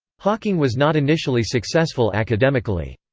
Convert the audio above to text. hawking was not initially successful academically.